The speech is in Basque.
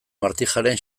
martijaren